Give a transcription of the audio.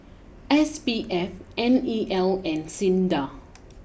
S P F N E L and SINDA